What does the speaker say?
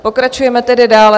Pokračujeme tedy dále.